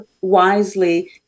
wisely